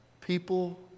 people